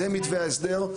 זה מתווה ההסדר,